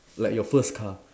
like your first car